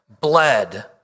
bled